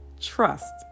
trust